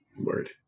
Word